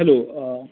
hello